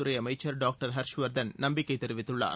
துறை அமைச்சர் டாக்டர் ஹர்ஷ்வர்தன் நம்பிக்கை தெரிவித்துள்ளார்